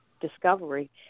discovery